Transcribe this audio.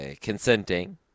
consenting